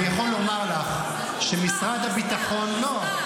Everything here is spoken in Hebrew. אני יכול לומר לך שמשרד הביטחון --- מספר,